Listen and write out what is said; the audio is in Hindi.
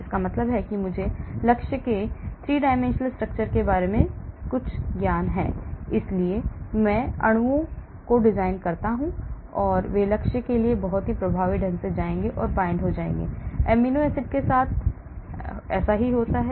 इसका मतलब है कि मुझे लक्ष्य के 3 dimensional structure के बारे में कुछ ज्ञान है इसलिए मैं अणुओं को डिजाइन करता हूं ताकि वे लक्ष्य में बहुत प्रभावी ढंग से जाएं और बांधें अमीनो एसिड के साथ होती है